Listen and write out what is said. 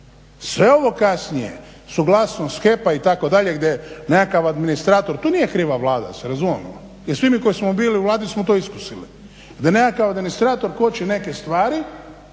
Sve ovo kasnije suglasnost HEP-a itd., gdje nekakav administrator, tu nije kriva Vlada, da se razumijemo i svi mi koji smo bili u Vladi smo to iskusili. Da nekakav administrator koči neke stvari,